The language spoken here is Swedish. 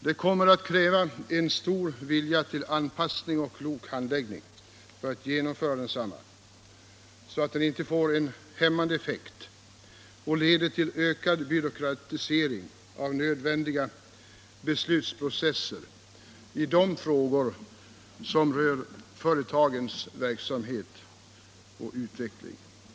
Det kommer att kräva en stor vilja till anpassning och klok handäggning för att genomföra densamma så att den inte får en hämmande effekt och leder till ökad byråkratisering av nödvändiga beslutsprocesser i de frågor som rör företagens verksamhet och utveckling.